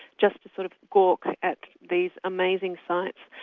just to sort of gawk at these amazing sights.